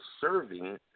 serving